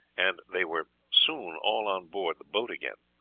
and they were soon all on board the boat again.